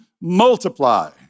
multiply